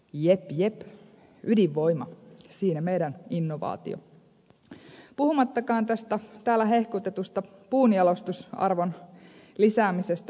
jep jep ydinvoima siinä meidän innovaatio puhumattakaan täällä hehkutetusta puunjalostusarvon lisäämisestä nostamisesta